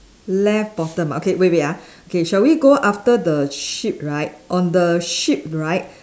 left bottom okay wait wait ah okay shall we go after the sheep right on the sheep right